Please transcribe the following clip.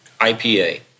IPA